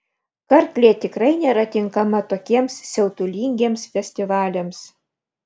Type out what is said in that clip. karklė tikrai nėra tinkama tokiems siautulingiems festivaliams